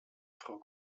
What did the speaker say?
frau